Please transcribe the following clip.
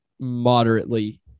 moderately